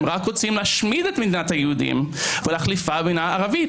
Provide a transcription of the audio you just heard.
הם רק רוצים להשמיד את מדינת היהודים ולהחליפה במדינה ערבית.